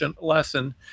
lesson